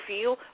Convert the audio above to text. feel